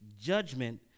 judgment